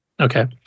Okay